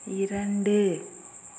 இரண்டு